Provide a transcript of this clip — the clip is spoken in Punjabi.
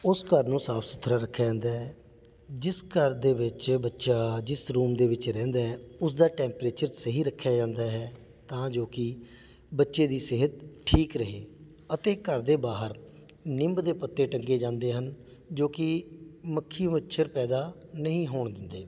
ਉਸ ਘਰ ਨੂੰ ਸਾਫ਼ ਸੁਥਰਾ ਰੱਖਿਆ ਜਾਂਦਾ ਹੈ ਜਿਸ ਘਰ ਦੇ ਵਿੱਚ ਬੱਚਾ ਜਿਸ ਰੂਮ ਦੇ ਵਿੱਚ ਰਹਿੰਦਾ ਉਸਦਾ ਟੈਂਪਰੇਚਰ ਸਹੀ ਰੱਖਿਆ ਜਾਂਦਾ ਹੈ ਤਾਂ ਜੋ ਕਿ ਬੱਚੇ ਦੀ ਸਿਹਤ ਠੀਕ ਰਹੇ ਅਤੇ ਘਰ ਦੇ ਬਾਹਰ ਨਿੰਮ ਦੇ ਪੱਤੇ ਟੰਗੇ ਜਾਂਦੇ ਹਨ ਜੋ ਕਿ ਮੱਖੀ ਮੱਛਰ ਪੈਦਾ ਨਹੀਂ ਹੋਣ ਦਿੰਦੇ